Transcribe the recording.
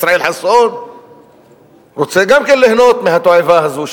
ישראל חסון רוצה גם כן ליהנות מהתועבה הזו,